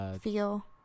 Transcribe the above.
feel